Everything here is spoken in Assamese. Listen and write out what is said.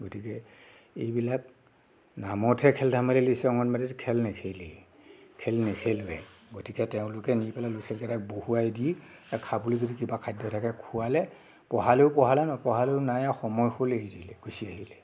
গতিকে এইবিলাক নামতহে খেল ধেমালি লৈছে অংগনবাড়ীত খেল নেখেলেই খেল নেখেলোৱায়েই গতিকে তেওঁলোকে নি পেলাই ল'ৰা ছোৱালী কেইটাক বহুৱাই দি খাবলৈ যদি কিবা খাদ্য থাকে খুৱালে পঢ়ালেও পঢ়ালে নপঢ়ালেও নাই আৰু সময় হ'ল এৰি দিলে গুচি আহিলে